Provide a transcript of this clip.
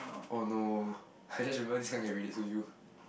oh no I just remember this kind can read it to you